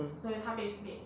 mm